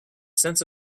sense